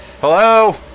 Hello